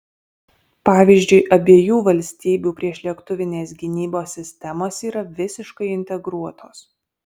pavyzdžiui abiejų valstybių priešlėktuvinės gynybos sistemos yra visiškai integruotos